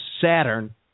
Saturn